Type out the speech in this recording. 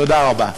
תודה רבה.